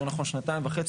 יותר נכון שנתיים וחצי,